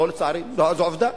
לא לצערי, זאת עובדה.